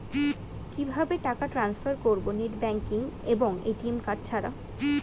কিভাবে টাকা টান্সফার করব নেট ব্যাংকিং এবং এ.টি.এম কার্ড ছাড়া?